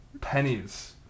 pennies